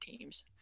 teams